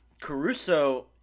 Caruso